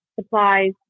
supplies